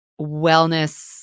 wellness